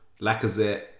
Lacazette